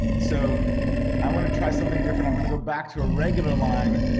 so i want to try something different. i'm gonna go back to a regular line.